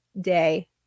day